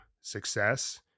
success